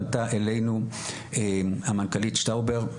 פנתה אלינו המנכ"לית שטראובר,